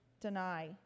deny